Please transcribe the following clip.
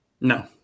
No